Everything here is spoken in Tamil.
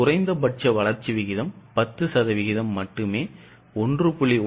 குறைந்த வளர்ச்சி விகிதம் 10 சதவிகிதம் மட்டுமே 1